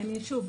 שוב,